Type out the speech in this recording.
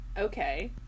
Okay